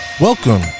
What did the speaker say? Welcome